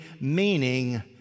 meaning